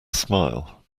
smile